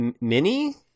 mini